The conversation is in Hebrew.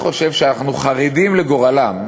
אני חושב שאנחנו חרדים לגורלם